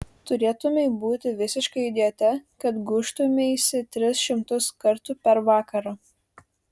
turėtumei būti visiška idiote kad gūžtumeisi tris šimtus kartų per vakarą